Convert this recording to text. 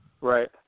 Right